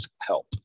help